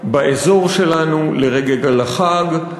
באזור שלנו, לרגל החג.